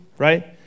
right